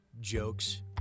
jokes